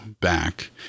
back